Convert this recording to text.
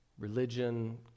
religion